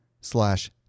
slash